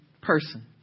person